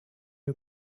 you